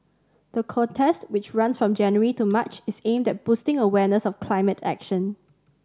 the contest which runs from January to March is aimed at boosting awareness of climate action